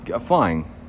flying